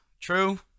true